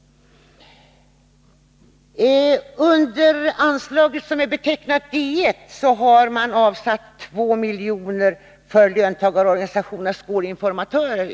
Under anslaget som är betecknat D 1 har i propositionen avsatts 2 milj.kr. för löntagarorganisationernas skolinformatörer.